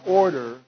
order